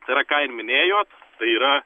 tai yra ką ir minėjot tai yra